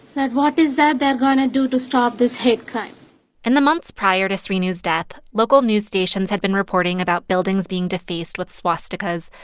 that what is that they're going to do to stop this hate crime in and the months prior to srinu's death, local news stations had been reporting about buildings being defaced with swastikas,